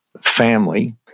family